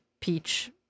peach